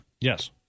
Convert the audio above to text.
Yes